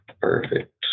Perfect